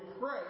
pray